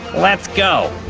let's go!